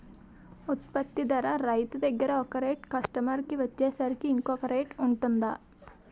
ఉత్పత్తి ధర రైతు దగ్గర ఒక రేట్ కస్టమర్ కి వచ్చేసరికి ఇంకో రేట్ వుంటుందా?